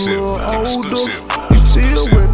exclusive